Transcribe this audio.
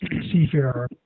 seafarer